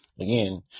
Again